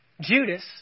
Judas